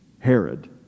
Herod